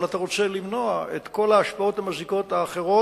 אבל אתה רוצה למנוע את כל ההשפעות המזיקות האחרות,